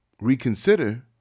reconsider